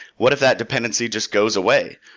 what if that dependency just goes away?